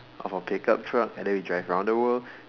of our pick up truck and then we drive around the world